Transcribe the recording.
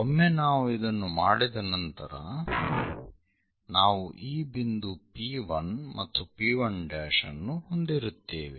ಒಮ್ಮೆ ನಾವು ಇದನ್ನು ಮಾಡಿದ ನಂತರ ನಾವು ಈ ಬಿಂದು P1 ಮತ್ತು P1 ಅನ್ನು ಹೊಂದಿರುತ್ತೇವೆ